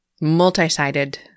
multi-sided